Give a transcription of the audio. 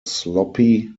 sloppy